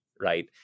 Right